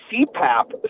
CPAP